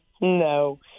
No